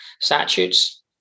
statutes